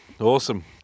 awesome